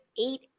eight